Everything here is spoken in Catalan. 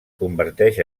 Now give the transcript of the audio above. converteix